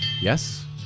Yes